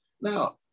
Now